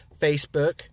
facebook